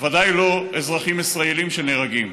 וודאי לא אזרחים ישראלים שנהרגים.